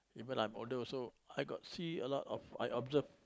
even I'm older also I got see a lot of I observe